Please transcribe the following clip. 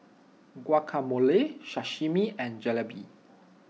Guacamole Sashimi and Jalebi